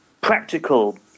practical